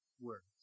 words